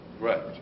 Right